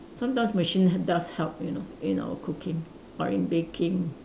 sometimes machine does help you know in our cooking or in baking